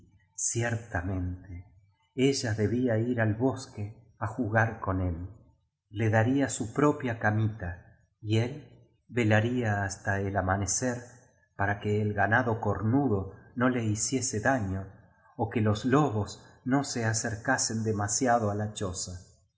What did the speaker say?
ciertamente ella debía ir al bosque á jugar con él le daría su propia cainita y él velaría hasta el amanecer para que el ganado cornudo no le hiciese daño ó que los lobos no se acercasen demasiado á la choza